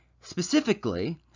Specifically